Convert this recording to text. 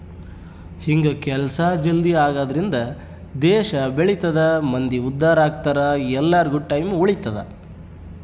ಹಿಂಗ ಕೆಲ್ಸ ಜಲ್ದೀ ಆಗದ್ರಿಂದ ದೇಶ ಬೆಳಿತದ ಮಂದಿ ಉದ್ದಾರ ಅಗ್ತರ ಎಲ್ಲಾರ್ಗು ಟೈಮ್ ಉಳಿತದ